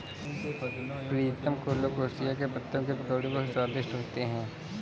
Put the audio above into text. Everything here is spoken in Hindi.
प्रीतम कोलोकेशिया के पत्तों की पकौड़ी बहुत स्वादिष्ट होती है